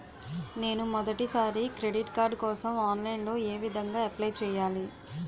నేను మొదటిసారి credit card కోసం ఆన్లైన్ లో ఏ విధంగా అప్లై చేయాలి?